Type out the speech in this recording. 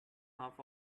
half